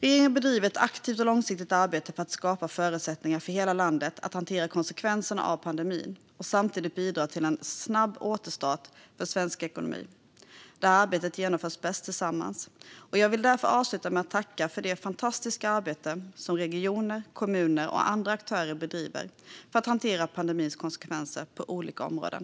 Regeringen bedriver ett aktivt och långsiktigt arbete för att skapa förutsättningar för hela landet att hantera konsekvenserna av pandemin och samtidigt bidra till en snabb återstart för svensk ekonomi. Det här arbetet genomförs bäst tillsammans, och jag vill därför avsluta med att tacka för det fantastiska arbete som regioner, kommuner och andra aktörer bedriver för att hantera pandemins konsekvenser på olika områden.